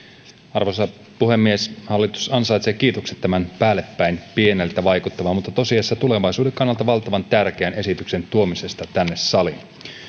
arvoisa puhemies hallitus ansaitsee kiitokset tämän päälle päin pieneltä vaikuttavan mutta tosiasiassa tulevaisuuden kannalta valtavan tärkeän esityksen tuomisesta tänne saliin